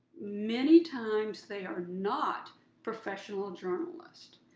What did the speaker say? many times, they are not professional journalists.